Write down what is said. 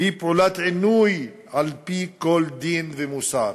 היא פעולת עינוי על-פי כל דין ומוסר.